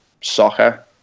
soccer